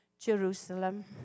Jerusalem